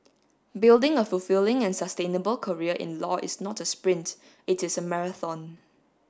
building a fulfilling and sustainable career in law is not a sprint it is a marathon